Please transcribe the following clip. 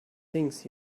things